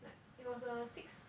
like it was uh six